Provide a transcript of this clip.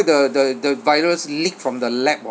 the the the virus leak from the lab